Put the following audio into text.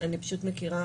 אני מכירה